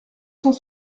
cent